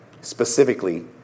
specifically